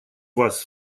вас